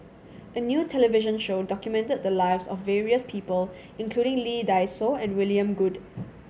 a new television show documented the lives of various people including Lee Dai Soh and William Goode